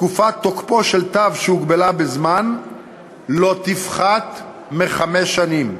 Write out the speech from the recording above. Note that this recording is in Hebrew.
תקופת תוקפו של תו שהוגבל בזמן לא תפחת מחמש שנים,